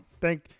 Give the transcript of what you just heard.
thank